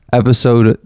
episode